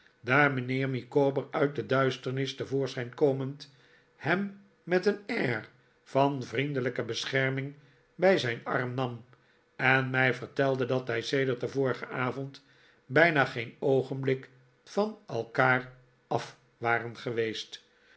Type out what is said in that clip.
daar mijnheer micawber uit de duisternis te voorschijn kqmend hem met een air van vriendelijke bescherming bij zijn arm nam en mij vertelde dat zij sedert den vorigen avond bijna geen oogenblik van elkaar af waren geweest